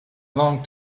long